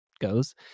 goes